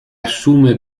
assume